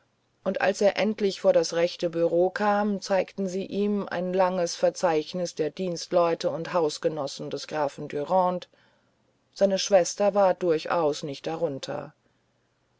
und als er endlich vor das rechte bureau kam zeigten sie ihm ein langes verzeichnis der dienstleute und hausgenossen des grafen dürande seine schwester war durchaus nicht darunter